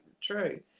true